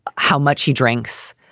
how much he drinks,